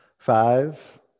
Five